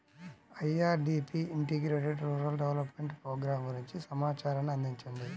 IRDP integrated rural development programme గురించి సమాచారాన్ని అందించండి?